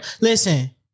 Listen